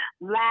Last